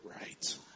right